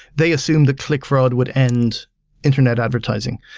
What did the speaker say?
they assume that click fraud would end internet advertising.